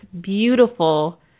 beautiful